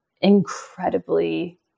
incredibly